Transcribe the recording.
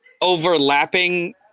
overlapping